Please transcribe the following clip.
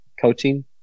coaching